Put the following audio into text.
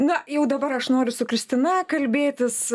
na jau dabar aš noriu su kristina kalbėtis